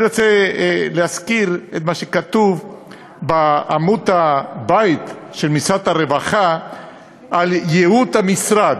אני רוצה להזכיר את מה שכתוב בעמוד הבית של משרד הרווחה על ייעוד המשרד.